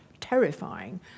terrifying